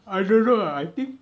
I don't know uh I think